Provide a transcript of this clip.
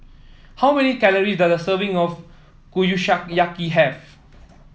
how many calories does a serving of Kushiyaki have